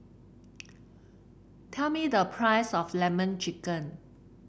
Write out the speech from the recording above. tell me the price of lemon chicken